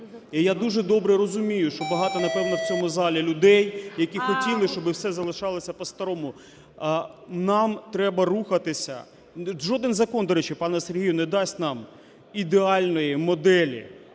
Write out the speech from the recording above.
я дуже добре розумію, що багато, напевно, в цьому залі людей, які хотіли, щоб все залишалося по-старому. Нам треба рухатися. Жоден закон, до речі, пане Сергію, не дасть нам ідеальної моделі.